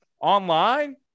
online